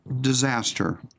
disaster